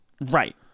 Right